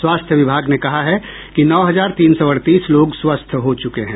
स्वास्थ्य विभाग ने कहा है कि नौ हजार तीन सौ अड़तीस लोग स्वस्थ हो चुके हैं